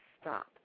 stop